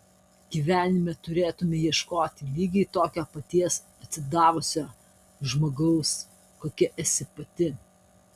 gyvenime turėtumei ieškoti lygiai tokio paties atsidavusio žmogaus kokia esi pati